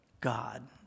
God